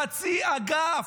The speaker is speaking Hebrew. חצי אגף,